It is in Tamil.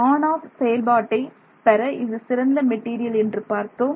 ஆன் ஆப் செயல்பாட்டை பெற இது சிறந்த மெட்டீரியல் என்று பார்த்தோம்